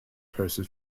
person